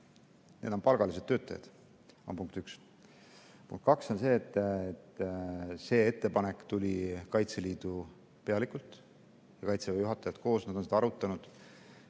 Need on palgalised töötajad. Punkt üks. Punkt kaks on see, et see ettepanek tuli Kaitseliidu pealikult ja Kaitseväe juhatajalt, koos on nad seda arutanud.